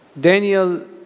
Daniel